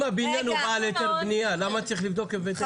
אם הבניין הוא על היתר בנייה, למה צריך לבדוק?